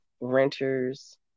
renters